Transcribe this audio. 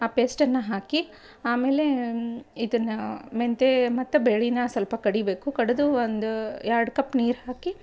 ಆ ಪೇಸ್ಟನ್ನು ಹಾಕಿ ಆಮೇಲೇ ಇದನ್ನಾ ಮೆಂತೇ ಮತ್ತು ಬೇಳೇನ ಸ್ವಲ್ಪ ಕಡೀಬೇಕು ಕಡೆದು ಒಂದು ಎರಡು ಕಪ್ ನೀರು ಹಾಕಿ